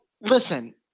Listen